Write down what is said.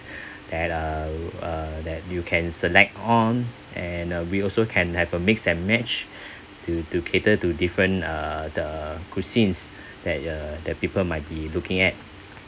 that uh uh that you can select on and uh we also can have a mix and match to to cater to different uh the cuisines that uh the people might be looking at